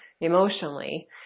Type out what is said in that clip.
emotionally